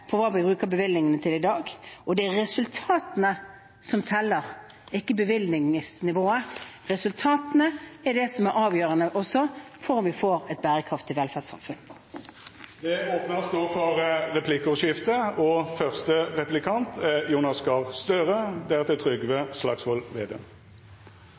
på hva vi bruker bevilgningene til i dag, og det er resultatene som teller, ikke bevilgningsnivået. Resultatene er det som er avgjørende også for om vi får et bærekraftig velferdssamfunn. Det vert replikkordskifte. Ja, det er resultatene som teller og